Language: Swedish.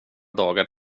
dagar